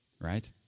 right